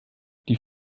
die